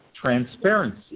transparency